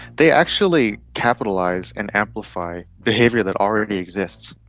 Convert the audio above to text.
they actually capitalise and amplify behaviour that already exists.